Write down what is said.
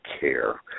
care